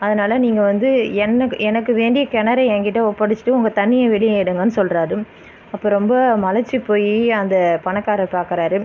அதனால நீங்கள் வந்து என்னை எனக்கு வேண்டிய கெணறை எங்கிட்ட ஒப்படைச்சிட்டு உங்கள் தண்ணியை வெளியே எடுங்கன்னு சொல்கிறாரு அப்போ ரொம்ப மலைச்சு போயி அந்த பணக்காரர் பார்க்கறாரு